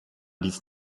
dies